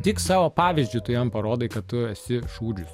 tik savo pavyzdžiu tu jam parodai kad tu esi šūdžius